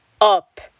up